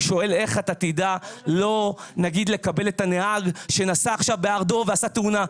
הוא שואל איך אתה תדע נגיד לקבל את הנהג שנסע עכשיו בהר דב ועשה תאונה.